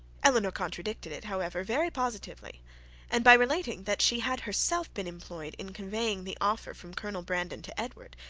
elinor contradicted it, however, very positively and by relating that she had herself been employed in conveying the offer from colonel brandon to edward,